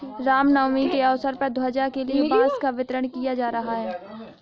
राम नवमी के अवसर पर ध्वजा के लिए बांस का वितरण किया जा रहा है